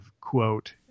quote